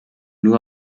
nur